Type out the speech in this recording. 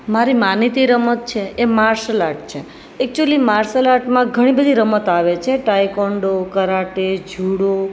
મારી માનીતી રમત છે એ માર્શલ આર્ટ છે એક્ચ્યુલી માર્શલાટમાં ઘણી બધી રમત આવે છે ટાઈકોન્ડો કરાટે જુડો